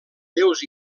déus